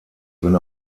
wenn